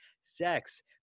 sex